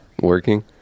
Working